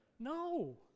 no